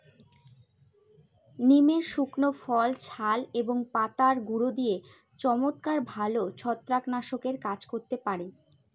নিমের শুকনো ফল, ছাল এবং পাতার গুঁড়ো দিয়ে চমৎকার ভালো ছত্রাকনাশকের কাজ হতে পারে